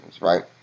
right